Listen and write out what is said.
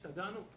השתגענו?